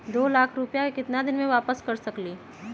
दो लाख रुपया के केतना दिन में वापस कर सकेली?